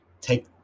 Take